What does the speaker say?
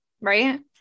right